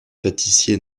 pâtissier